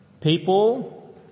People